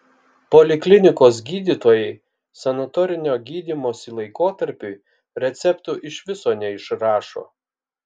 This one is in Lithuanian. poliklinikos gydytojai sanatorinio gydymosi laikotarpiui receptų iš viso neišrašo